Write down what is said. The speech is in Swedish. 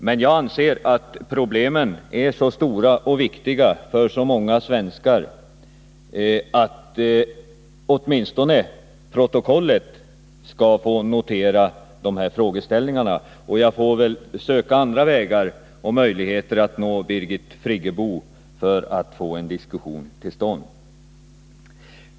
Men jag anser att problemen är så stora och viktiga för så många svenskar att åtminstone protokollet skall få notera frågeställningarna. Jag får väl söka andra möjligheter att nå Birgit Friggebo för att få en diskussion till stånd.